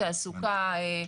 תעסוקה,